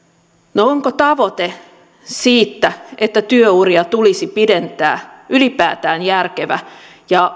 no onko tavoite siitä että työuria tulisi pidentää ylipäätään järkevä ja